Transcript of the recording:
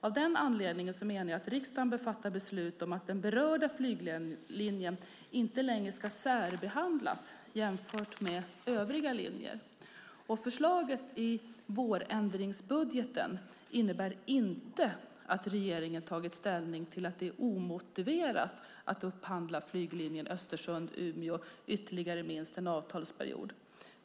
Av den anledningen menar jag att riksdagen bör fatta beslut om att den berörda flyglinjen inte längre ska särbehandlas jämfört med övriga linjer. Förslaget i vårändringsbudgeten innebär inte att regeringen tagit ställning till att det är omotiverat att upphandla flyglinjen Östersund-Umeå ytterligare minst en avtalsperiod.